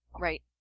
right